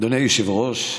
אדוני היושב-ראש,